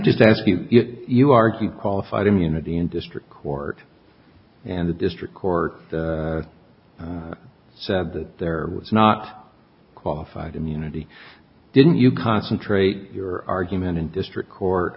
just ask you if you argue qualified immunity in district court and the district court so that there was not qualified immunity didn't you concentrate your argument in district co